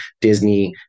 Disney